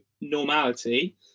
normality